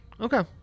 Okay